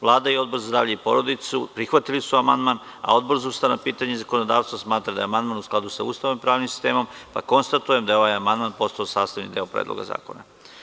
Vlada i Odbor za zdravlje i porodicu, prihvatili su amandman, a Odbor za ustavna pitanja i zakonodavstvo smatra da je amandman u skladu sa Ustavom i pravnim sistemom, pa konstatujem da je ovaj amandman postao sastavni deo predloga zakona.